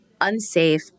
Unsafe